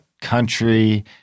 country